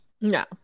no